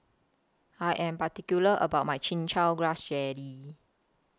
I Am particular about My Chin Chow Grass Jelly